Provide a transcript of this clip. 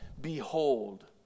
Behold